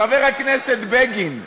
חבר הכנסת בגין,